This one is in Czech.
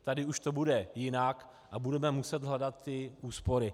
Tady už to bude jinak a budeme muset hledat ty úspory.